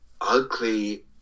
ugly